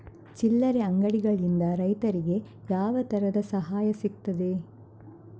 ಚಿಲ್ಲರೆ ಅಂಗಡಿಗಳಿಂದ ರೈತರಿಗೆ ಯಾವ ತರದ ಸಹಾಯ ಸಿಗ್ತದೆ?